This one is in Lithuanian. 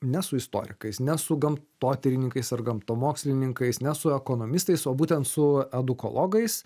ne su istorikais ne su gamtotyrininkais ar gamtamokslininkais ne su ekonomistais o būtent su edukologais